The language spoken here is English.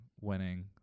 winning